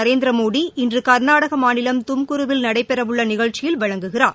நரேந்திரமோடி இன்று கர்நாடக மாநிலம் தும்குருவில் நடைபெறவுள்ள நிகழ்ச்சியில் வழங்குகிறார்